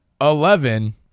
Eleven